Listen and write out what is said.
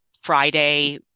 Friday